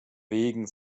wegen